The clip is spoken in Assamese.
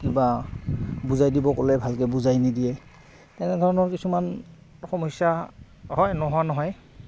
বা বুজাই দিব ক'লে ভালকে বুজাই নিদিয়ে তেনেধৰণৰ কিছুমান সমস্যা হয় নোহোৱা নহয়